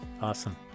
awesome